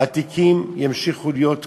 התיקים ימשיכו להיות תקועים,